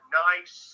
nice